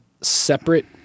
separate